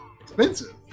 Expensive